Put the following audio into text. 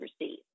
receive